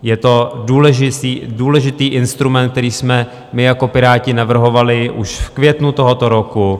Je to důležitý instrument, který jsme my jako Piráti navrhovali už v květnu tohoto roku.